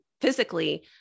physically